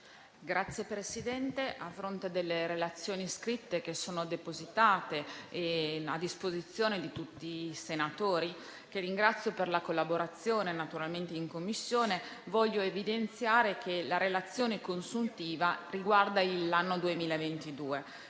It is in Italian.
Signora Presidente, a fronte delle relazioni scritte, che sono depositate e a disposizione di tutti i senatori che ringrazio per la collaborazione in Commissione, desidero evidenziare che la relazione consuntiva riguarda l'anno 2022